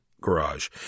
garage